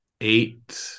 eight